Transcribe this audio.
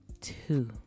two